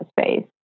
space